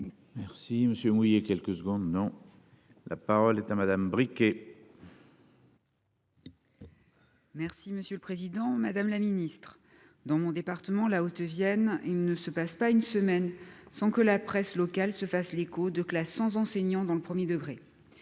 Merci monsieur quelques secondes non. La parole est à madame. Merci, monsieur le Président Madame la Ministre dans mon département, la Haute-Vienne il ne se passe pas une semaine sans que la presse locale se fasse l'écho de classe sans enseignant, dans le 1er degré.